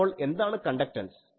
അപ്പോൾ എന്താണ് കണ്ടക്ടൻസ്